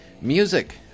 Music